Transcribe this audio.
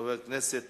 חבר הכנסת